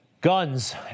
Guns